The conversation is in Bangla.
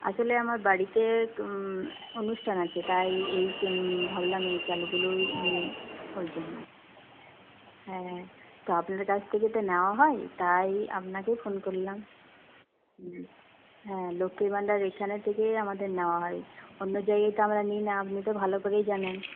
আসলে আমার বাড়িতে অনুষ্ঠান আছে তাই এই ভাবলাম এই চালগুলোই নিই ওই জন্য হ্যাঁ তো আপনার কাছ থেকে তো নেওয়া হয় তাই আপনাকেই ফোন করলাম হুম হ্যাঁ লক্ষীর ভান্ডার এখান থেকেই আমাদের নেওয়া হয় অন্য জায়গায় তো আমরা নিই না আপনি তো ভালো করেই জানেন